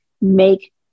make